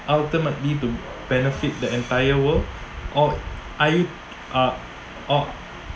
ultimately to benefit the entire world or are you uh or